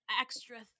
extra